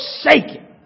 shaking